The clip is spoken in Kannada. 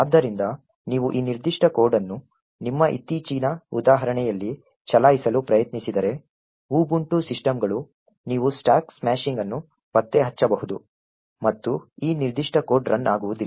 ಆದ್ದರಿಂದ ನೀವು ಈ ನಿರ್ದಿಷ್ಟ ಕೋಡ್ ಅನ್ನು ನಿಮ್ಮ ಇತ್ತೀಚಿನ ಉದಾಹರಣೆಯಲ್ಲಿ ಚಲಾಯಿಸಲು ಪ್ರಯತ್ನಿಸಿದರೆ ಉಬುಂಟು ಸಿಸ್ಟಂಗಳು ನೀವು ಸ್ಟಾಕ್ ಸ್ಮಾಶಿಂಗ್ ಅನ್ನು ಪತ್ತೆ ಹಚ್ಚಬಹುದು ಮತ್ತು ಈ ನಿರ್ದಿಷ್ಟ ಕೋಡ್ ರನ್ ಆಗುವುದಿಲ್ಲ